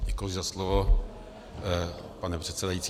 Děkuji za slovo, pane předsedající.